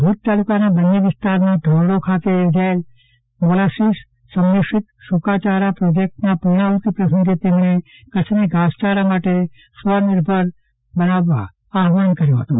ભુજ તાલુકાના બન્ની વિસ્તારમાં ધોરડી ખાતે યોજાયેલ મોલાસીસ સંમિશ્રિત સુકા યારા પ્રોજેક્ટના પુર્ણાફતી પ્રસંગે કચ્છ ને ઘાસયારા માટે સ્વનિર્ભર બનાવવા આહવાન કર્યું હતું